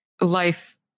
life